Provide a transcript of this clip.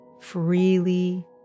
freely